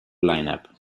lineup